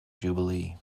jubilee